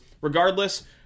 Regardless